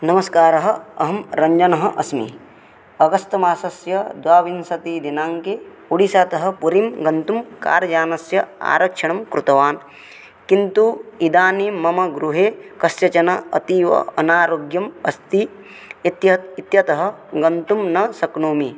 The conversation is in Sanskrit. नमस्कारः अहं रञ्जनः अस्मि अगस्त् मासस्य द्वाविंशतिदिनाङ्के उडिसातः पुरीं गन्तुं कार् यानस्य आरक्षणं कृतवान् किन्तु इदानीं मम गृहे कस्य जनः अतीव अनारोग्यम् अस्ति इत्य इत्यतः गन्तुं न शक्नोमि